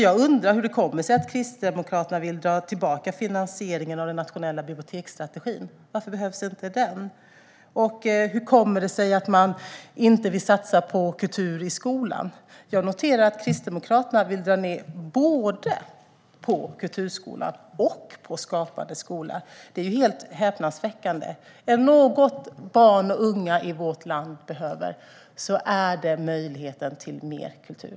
Jag undrar hur det kommer sig att Kristdemokraterna vill dra tillbaka finansieringen av den nationella biblioteksstrategin. Varför behövs inte den? Och hur kommer det sig att man inte vill satsa på kultur i skolan? Jag noterar att Kristdemokraterna vill dra ned både på kulturskolan och på Skapande skola. Det är häpnadsväckande. Är det något som barn och unga i vårt land behöver är det möjligheten till mer kultur.